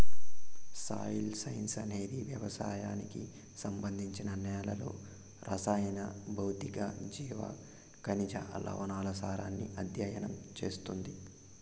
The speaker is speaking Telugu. సాయిల్ సైన్స్ అనేది వ్యవసాయానికి సంబంధించి నేలల రసాయన, భౌతిక, జీవ, ఖనిజ, లవణాల సారాన్ని అధ్యయనం చేస్తుంది